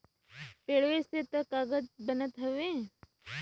पेड़वे से त कागज बनत हउवे